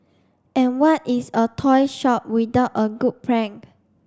and what is a toy shop without a good prank